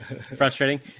Frustrating